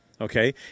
okay